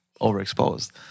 Overexposed